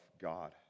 God